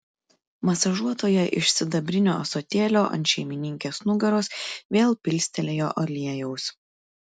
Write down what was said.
masažuotoja iš sidabrinio ąsotėlio ant šeimininkės nugaros vėl pilstelėjo aliejaus